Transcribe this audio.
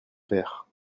père